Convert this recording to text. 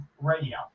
radio